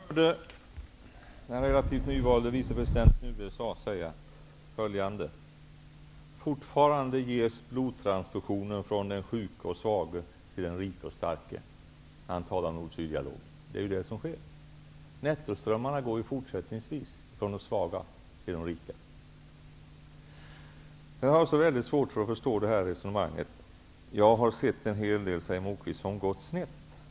Herr talman! Jag har hört den relativt nyvalde vicepresidenten i USA säga följande: Fortfarande ges blodtransfusioner från den sjuke och svage till den rike och starke. Detta säger han i samband med att han han talar om nord--syd-dialogen -- och det är också vad som sker. Nettoströmmarna fortsätter ju att gå från de svaga till de rika. Jag har väldigt svårt att förstå förda resonemang. Lars Moquist säger: Jag har sett en hel del som gått snett.